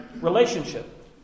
relationship